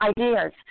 ideas